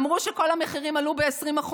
אמרו שכל המחירים עלו ב-20%,